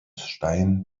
stein